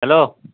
hello